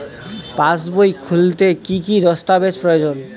পাসবই খুলতে কি কি দস্তাবেজ প্রয়োজন?